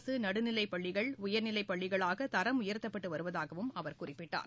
அரசு நடுநிலைப்பள்ளிகள் உயர்நிலைப்பள்ளிகளாக தரம் உயர்த்தப்பட்டு வருவதாகவும் அவர் குறிப்பிட்டார்